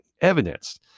evidence